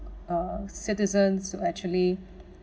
uh citizens to actually